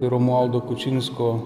romualdo kučinsko